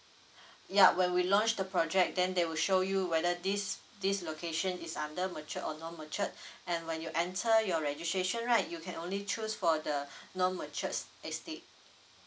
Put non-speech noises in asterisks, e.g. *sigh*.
*breath* yup when we launch the project then they will show you whether this this location is under mature or non mature *breath* and when you enter your registration right you can only choose for the *breath* non mature s~ estate